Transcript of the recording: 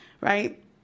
right